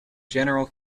general